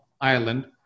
Ireland